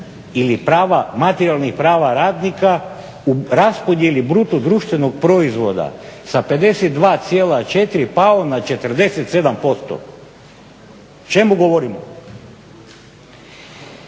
materijalnih prava radnika u raspodjeli bruto društvenog proizvoda sa 52,4 pao na 47%. O čemu govorimo?